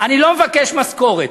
אני לא מבקש משכורת.